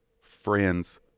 friends